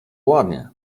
ładnie